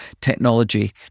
technology